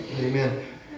Amen